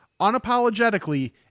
unapologetically